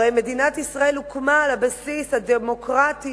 הרי מדינת ישראל הוקמה על הבסיס הדמוקרטי